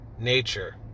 nature